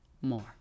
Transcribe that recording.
more